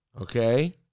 Okay